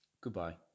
Goodbye